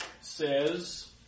says